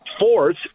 Fourth